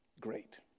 great